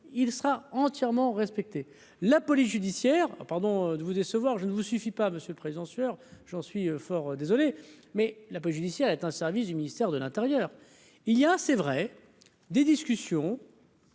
il sera entièrement respecté la police judiciaire. Pardon de vous décevoir, je ne vous suffit pas, Monsieur le Président, sur, j'en suis fort désolé. Mais la police judiciaire est un service du ministère de l'Intérieur, il y a c'est vrai des discussions.